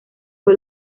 fue